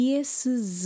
esses